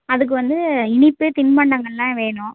அதுக்கு வந்து இனிப்பு தின்பண்டங்கள் எல்லாம் வேணும்